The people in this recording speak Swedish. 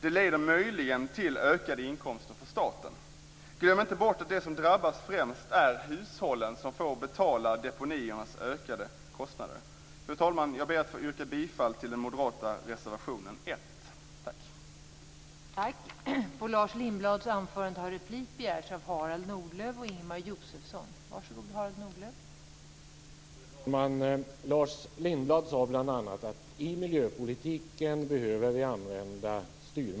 Det leder möjligen till ökade inkomster för staten. Glöm inte bort att de som drabbas främst är hushållen som får betala deponiernas ökade kostnader. Fru talman! Jag ber att få yrka bifall till den moderata reservationen 1.